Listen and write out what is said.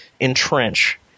entrench